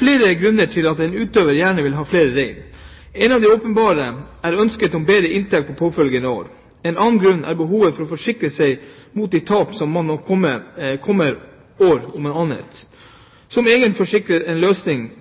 flere grunner til at en utøver gjerne vil ha flere rein. En av de åpenbare er ønsket om bedre inntekt i påfølgende år. En annen grunn er behovet for å forsikre seg mot de tap som man vet kommer år om annet. Som egen forsikring er løsningen å ha så mange rein at en